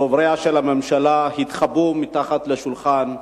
דובריה של הממשלה התחבאו מתחת לשולחן.